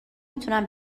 میتونم